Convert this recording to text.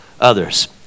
others